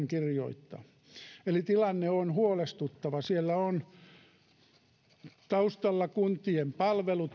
kirjoittaa eli tilanne on huolestuttava siellä taustalla ovat lopulta kuntien palvelut